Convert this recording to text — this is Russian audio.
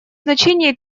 значение